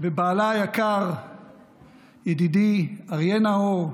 ובעלה היקר ידידי אריה נאור,